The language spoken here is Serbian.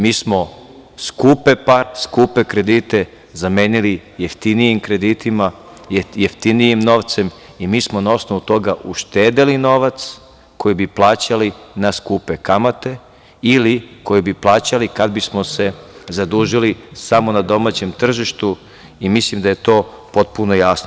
Mi smo skupe pare, skupe kredite zamenili jeftinijim kreditima, jeftinijim novcem i mi smo na osnovu toga uštedeli novac koji bi plaćali na skupe kamate ili koje bi plaćali kada bi smo se zadužili samo na domaćem tržištu i mislim da je to potpuno jasno.